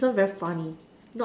this one very funny